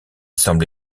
semble